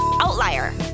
outlier